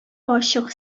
ачык